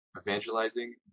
evangelizing